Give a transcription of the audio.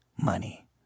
money